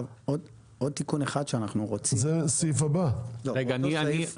עוד תיקון אחד שאנחנו רוצים, באותו סעיף.